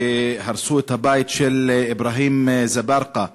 כשהרסו את הבית של אברהים אזברגה.